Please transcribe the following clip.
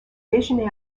déjeuner